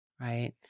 right